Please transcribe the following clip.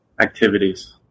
Activities